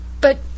but